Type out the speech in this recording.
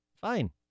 Fine